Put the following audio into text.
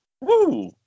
Woo